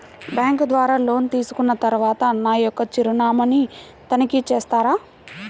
Bank ద్వారా loan తీసుకున్న తరువాత నా యొక్క చిరునామాని తనిఖీ చేస్తారా?